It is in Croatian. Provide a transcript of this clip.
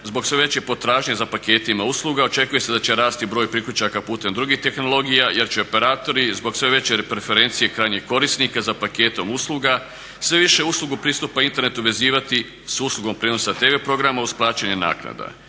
zbog sve veće potražnje za paketima usluga očekuje se da će rasti broj priključaka putem drugih tehnologija jer će operatori zbog sve veće preferencije krajnjih korisnika za paketom usluga sve više uslugu pristupa internetu vezivati s uslugom prijenosa TV programa uz plaćanje naknada.